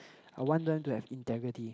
I want them to have integrity